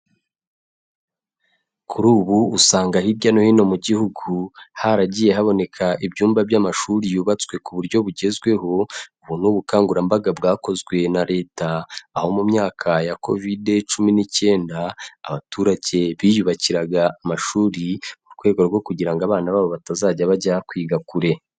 Kuri ubu usanga hirya no hino mu gihugu, haragiye haboneka ibyumba by'amashuri yubatswe ku buryo bugezweho, ubu ni ubukangurambaga bwakozwe na Leta, aho mu myaka ya Kovide cumi n'icyenda, abaturage biyubakiraga amashuri, mu rwego rwo kugira ngo abana babo batazajya bajya kwiga kure.